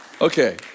Okay